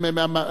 הליטאי.